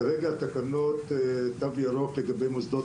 כרגע תקנות התו הירוק לגבי מוסדות